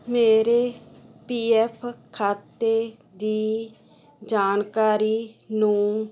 ਮੇਰੇ ਪੀਐੱਫ ਖਾਤੇ ਦੀ ਜਾਣਕਾਰੀ ਨੂੰ